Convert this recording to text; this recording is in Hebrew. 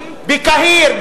בקהיר,